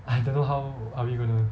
I don't know how are we going to